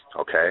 okay